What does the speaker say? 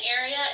area